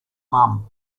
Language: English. mum